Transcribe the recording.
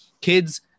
kids